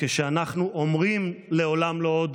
כשאנחנו אומרים "לעולם לא עוד",